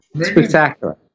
Spectacular